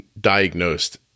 diagnosed